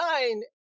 nine